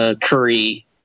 curry